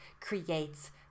creates